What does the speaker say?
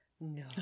no